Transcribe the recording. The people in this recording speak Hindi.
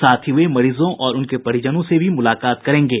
साथ ही वे मरीजों और उनके परिजनों से भी मुलाकात करेंगे